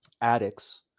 addicts